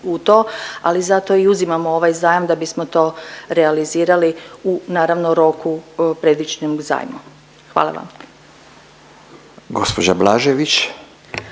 ali zato i uzimamo ovaj zajam da bismo to realizirali, naravno, roku predviđenim u zajmu. Hvala vam.